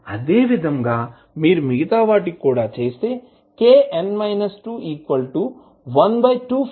అదేవిధంగా మీరు మిగతా వాటికీ కూడా kn 212